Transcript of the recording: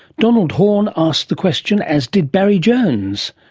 donald horne asked the question, as did barry jones,